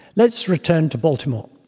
let's return to baltimore.